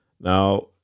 Now